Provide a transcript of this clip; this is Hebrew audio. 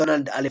דונלד א.